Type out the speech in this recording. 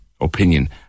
Opinion